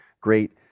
great